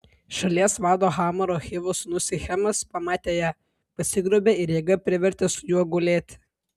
šalies vado hamoro hivo sūnus sichemas pamatė ją pasigrobė ir jėga privertė su juo gulėti